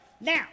now